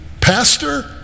Pastor